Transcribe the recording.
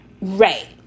Right